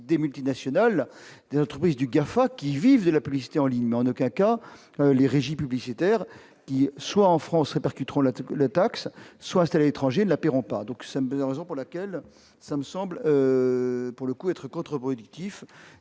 des multinationales et entreprises du Gard qui vivent de la publicité en ligne, mais en aucun cas les régies publicitaires, soit en France répercuteront relate que la taxe soit installé étrangers la paieront pas, donc ça me, raison pour laquelle ça me semble pour le coup, être contreproductif